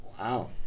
Wow